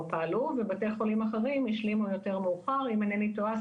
פעלו ובתי החולים אחרים השלימו יותר מאוחר אם אינני טועה,